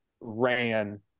Ran